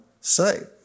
say